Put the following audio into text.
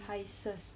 hysses